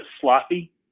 sloppy